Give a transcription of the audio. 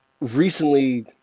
recently